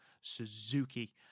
Suzuki